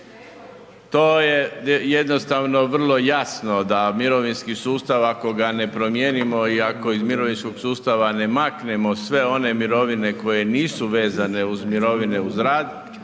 To je jednostavno vrlo jasno da mirovinski sustav ako ga ne promijenimo i ako iz mirovinskog sustava ne maknemo sve one mirovine koje nisu vezane uz mirovine uz rad,